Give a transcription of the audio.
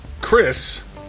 Chris